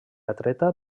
atreta